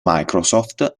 microsoft